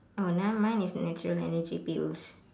oh then mine is natural energy pills